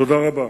תודה רבה.